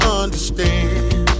understand